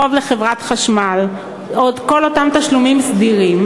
חוב לחברת חשמל או כל אותם תשלומים סדירים,